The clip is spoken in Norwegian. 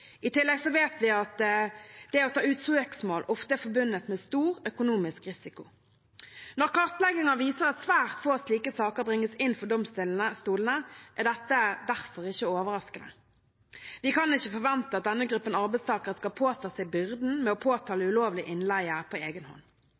I tillegg vet vi at det å ta ut søksmål ofte er forbundet med stor økonomisk risiko. Når kartlegginger viser at svært få slike saker bringes inn for domstolene, er dette derfor ikke overraskende. Vi kan ikke forvente at denne gruppen arbeidstakere skal påta seg byrden med å påtale